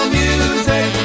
music